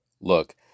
Look